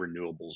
renewables